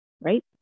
right